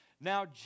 Now